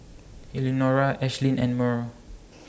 Elenora Ashlynn and Murl